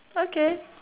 okay